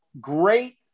great